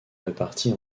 répartis